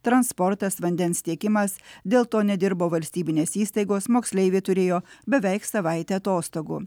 transportas vandens tiekimas dėl to nedirbo valstybinės įstaigos moksleiviai turėjo beveik savaitę atostogų